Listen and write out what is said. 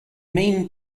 mean